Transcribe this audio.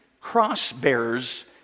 cross-bearers